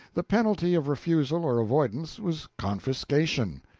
the penalty of refusal or avoidance was confiscation.